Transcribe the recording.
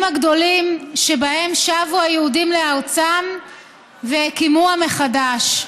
הגדולים שבהם שבו היהודים לארצם והקימוה מחדש.